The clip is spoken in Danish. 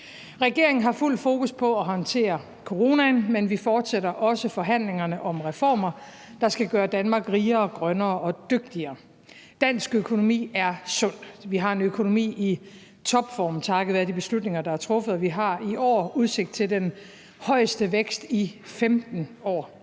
Regeringen har fuld fokus på at håndtere coronaen, men vi fortsætter også forhandlingerne om reformer, der skal gøre Danmark rigere, grønnere og dygtigere. Dansk økonomi er sund. Vi har en økonomi i topform takket være de beslutninger, der er truffet, og vi har i år udsigt til den højeste vækst i 15 år.